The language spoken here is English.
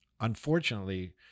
Unfortunately